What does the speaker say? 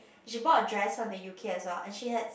she bought a dress one from the U_K as well and she had